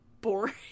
boring